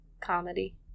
comedy